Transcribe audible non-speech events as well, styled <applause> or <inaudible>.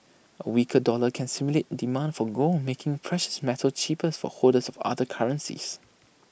A weaker dollar can stimulate demand for gold making precious metal cheaper <unintelligible> for holders of other currencies